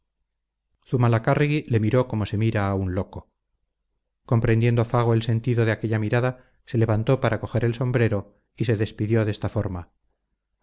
no sigo zumalacárregui le miró como se mira a un loco comprendiendo fago el sentido de aquella mirada se levantó para coger el sombrero y se despidió en esta forma